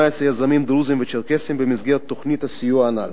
יזמים דרוזים וצ'רקסים במסגרת תוכנית הסיוע הנ"ל.